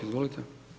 Izvolite.